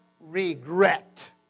Regret